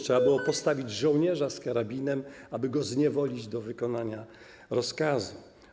Trzeba było postawić żołnierza z karabinem, aby go zniewolić do wykonania rozkazu.